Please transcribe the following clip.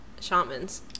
Shamans